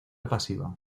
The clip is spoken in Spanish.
pasiva